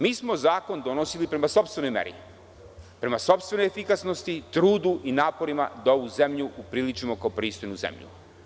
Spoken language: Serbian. Mi smo zakon donosili prema sopstvenoj meri, prema sopstvenoj efikasnosti, trudu i naporima da ovu zemlju upriličimo kao pristojnu zemlju.